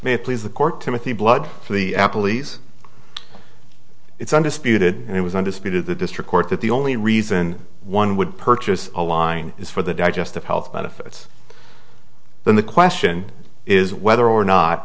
it please the court timothy blood for the apple lease it's undisputed and it was underspin to the district court that the only reason one would purchase a wine is for the digestive health benefits then the question is whether or not